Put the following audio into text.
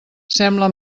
sembla